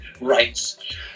rights